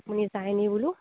আপুনি যায় নেকি বোলো